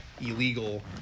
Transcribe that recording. illegal